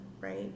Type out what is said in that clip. Right